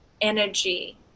energy